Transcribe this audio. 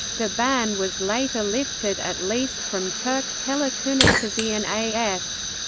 the ban was later lifted at least from turk telekunikasyon a s.